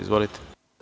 Izvolite.